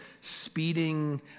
speeding